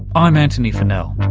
i'm antony funnell.